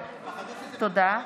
תודה.